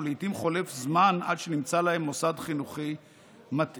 ולעיתים חולף זמן עד שנמצא להם מוסד חינוכי מתאים.